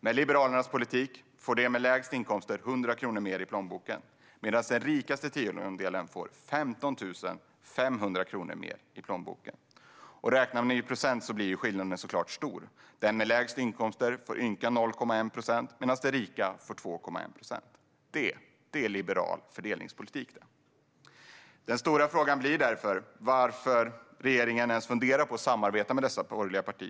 Med Liberalernas politik får de med lägst inkomster 100 kronor mer i plånboken, men den rikaste tiondelen får 15 500 kronor mer i plånboken. Räknar man i procent blir skillnaden såklart stor. Den med lägst inkomst får ynka 0,1 procent, medan de rika får 2,1 procent. Det är liberal fördelningspolitik. Den stora frågan blir därför varför regeringen ens funderar på att samarbeta med dessa borgerliga partier.